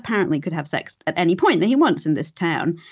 apparently, could have sex at any point that he wants, in this town,